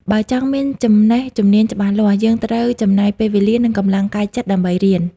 បើចង់មានចំណេះជំនាញច្បាស់លាស់ យើងត្រូវចំណាយពេលវេលា និងកម្លាំងកាយចិត្តដើម្បីរៀន។